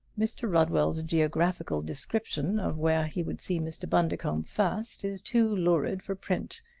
mr. rodwell's geographical description of where he would see mr. bundercombe first is too lurid for print.